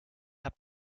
habt